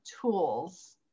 tools